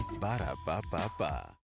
Ba-da-ba-ba-ba